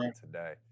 today